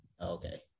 Okay